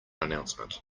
announcement